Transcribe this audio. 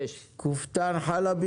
אמיר ודמני בוקר טוב ידידי וחברי.